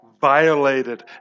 violated